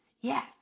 Yes